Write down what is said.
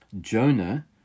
Jonah